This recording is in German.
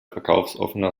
verkaufsoffener